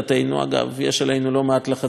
ויש עלינו לא מעט לחצים בעניין הזה,